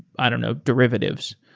i don't know, derivatives.